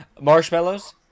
Marshmallows